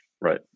Right